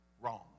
wrong